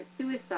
suicide